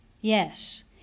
Yes